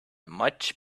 much